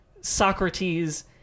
Socrates